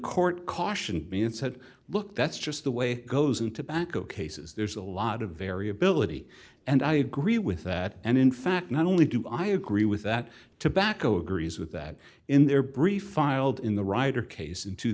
court cautioned me and said look that's just the way goes into back of cases there's a lot of variability and i agree with that and in fact not only do i agree with that tobacco agrees with that in their brief filed in the ryder case in two